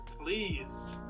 Please